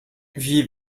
wir